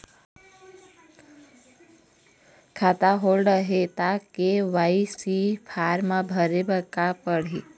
खाता होल्ड हे ता के.वाई.सी फार्म भरे भरे बर पड़ही?